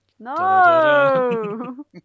No